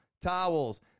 towels